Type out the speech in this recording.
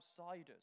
outsiders